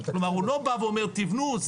כלומר הוא לא בא ואומר תבנו,